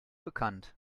bekannt